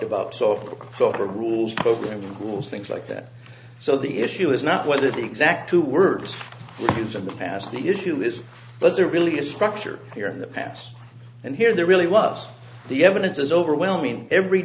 about software so to rules program ghouls things like that so the issue is not whether the exact two words use of the past the issue is but they're really a structure here in the past and here they're really loves the evidence is overwhelming every